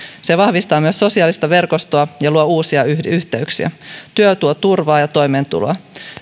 se vahvistaa myös sosiaalista verkostoa ja luo uusia yhteyksiä työ tuo turvaa ja toimeentuloa